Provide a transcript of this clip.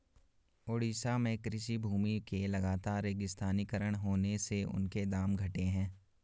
ओडिशा में कृषि भूमि के लगातर रेगिस्तानीकरण होने से उनके दाम घटे हैं